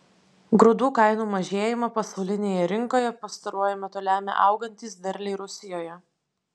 grūdų kainų mažėjimą pasaulinėje rinkoje pastaruoju metu lemia augantys derliai rusijoje